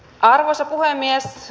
arvoisa puhemies